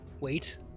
Wait